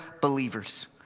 believers